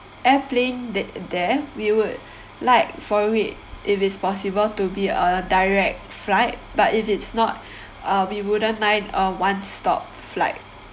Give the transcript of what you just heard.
airplane that there we would like for it if it's possible to be a direct flight but if it's not uh we wouldn't mind uh one stop flight